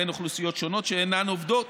בין אוכלוסיות שונות שאינן עובדות